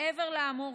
מעבר לאמור,